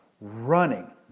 running